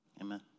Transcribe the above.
Amen